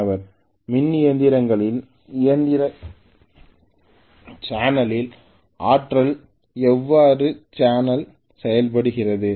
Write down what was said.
மாணவர் மின் இயந்திரங்களில் இயந்திர சேனலில் ஆற்றல் எவ்வாறு சேனலைஸ் செய்யப்படுகிறது